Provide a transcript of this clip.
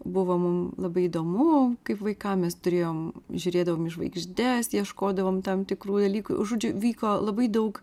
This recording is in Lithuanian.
buvo mum labai įdomu kaip vaikam mes turėjom žiūrėdavom į žvaigždes ieškodavom tam tikrų dalykų žodžiu vyko labai daug